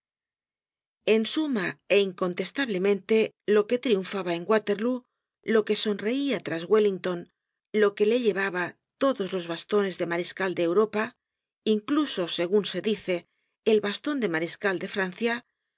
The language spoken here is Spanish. en suma é incontestablemente lo que triunfaba en waterlóo lo que sonreia tras wellington lo que le llevaba todos los bastones de mariscal de europa incluso segun se dice el baston de mariscal de francia